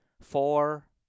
four